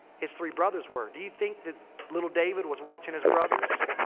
his three brothers were. do you think that little david was watching his brothers?